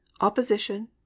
opposition